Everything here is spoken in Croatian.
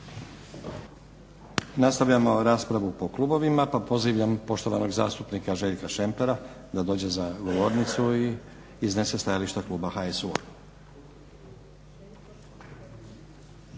Nastavljamo raspravu po klubovima. Pa pozivam poštovanog zastupnika Željka Šempera da dođe za govornicu i iznese stajalište kluba HSU-a.